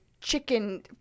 chicken